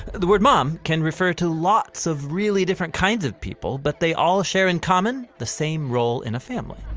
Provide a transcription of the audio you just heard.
the word mom can refer to lots of really different kinds of people but they all share in common the same role in a family.